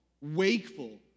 wakeful